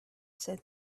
said